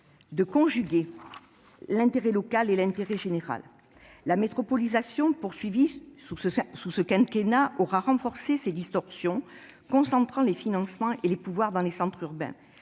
de concilier intérêt local et intérêt général. La métropolisation poursuivie sous ce quinquennat aura renforcé les distorsions, concentrant les financements et les pouvoirs dans les centres urbains.